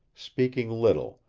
speaking little,